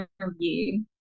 interview